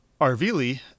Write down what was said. Arvili